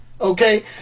okay